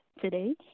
today